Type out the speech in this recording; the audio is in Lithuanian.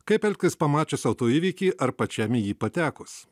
kaip elgtis pamačius autoįvykį ar pačiam į jį patekus